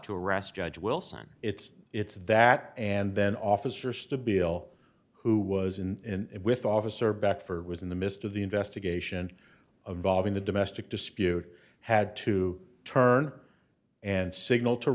to arrest judge wilson it's it's that and then officers to be ill who was in with officer back for was in the midst of the investigation of valving the domestic dispute had to turn and signal to